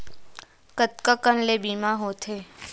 कतका कन ले बीमा होथे?